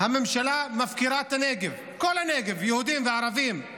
הממשלה מפקירה את הנגב, כל הנגב, יהודים וערבים,